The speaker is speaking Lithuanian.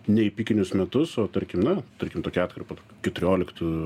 ne į pikinius metus o tarkim na tarkim tokią atkarpą keturioliktų